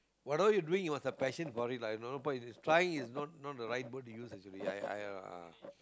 what are you doing it was a passion for it lah trying is not the right word to use actually I I ah